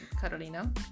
Carolina